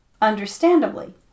Understandably